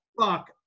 Fuck